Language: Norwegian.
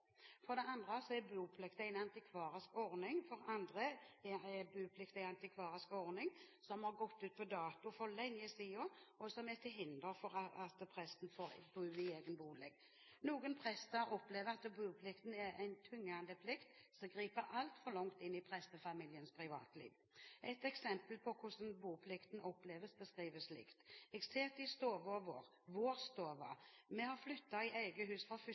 er en antikvarisk ordning som har gått ut på dato for lenge siden, og som er til hinder for at presten får bo i egen bolig. Noen prester opplever at boplikten er en tyngende plikt som griper altfor langt inn i prestefamiliens privatliv. Et eksempel på hvordan boplikten oppleves, er beskrevet slik: «Eg set i stova vår – vår stove! Vi har flytta i eige hus for første